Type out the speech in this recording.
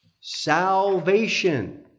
Salvation